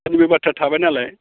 बे बाथ्राया थाबाय नालाय